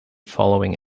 following